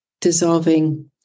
dissolving